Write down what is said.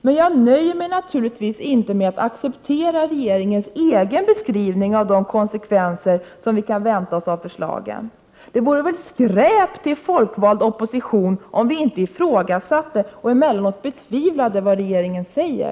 Men jag nöjer mig naturligtvis inte med att acceptera regeringens egen beskrivning av de konsekvenser som kan förväntas av förslagen. Det vore väl skräp till folkvald opposition om vi inte ifrågasatte och emellanåt betvivlade vad regeringen säger.